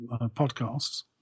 podcasts